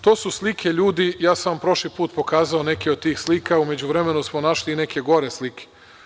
To su slike ljudi i ja sam vam prošli put pokazao neke od tih slika, u međuvremenu smo našli i neke gore slike.